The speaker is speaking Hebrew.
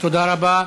תודה רבה.